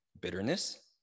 bitterness